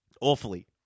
Awfully